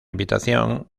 invitación